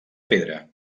pedra